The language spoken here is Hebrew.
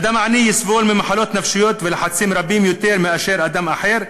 אדם עני יסבול ממחלות נפשיות ולחצים רבים יותר מאשר אדם אחר,